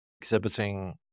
exhibiting